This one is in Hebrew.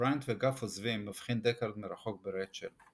כשבריאנט וגאף עוזבים, מבחין דקארד מרחוק ברייצ'ל.